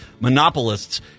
monopolists